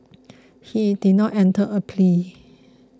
he did not enter a plea